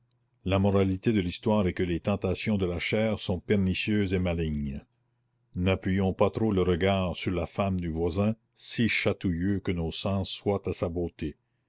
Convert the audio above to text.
la moralité de l'histoire est que les tentations de la chair sont pernicieuses et malignes n'appuyons pas trop le regard sur la femme du voisin si chatouilleux que nos sens soient à sa beauté